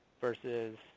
versus